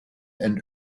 and